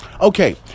Okay